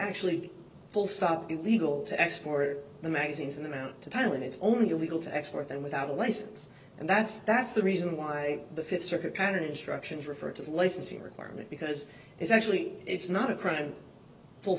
actually full stop illegal to export the magazines amount to time when it's only illegal to export them without a license and that's that's the reason why the fifth circuit carriage directions refer to the licensing requirement because it's actually it's not a crime full